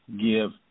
give